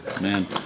Man